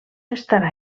estarà